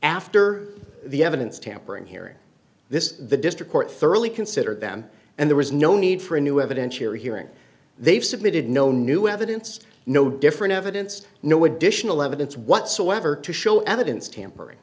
after the evidence tampering hearing this the district court thoroughly considered them and there was no need for a new evidence here hearing they've submitted no new evidence no different evidence no additional evidence whatsoever to show evidence tampering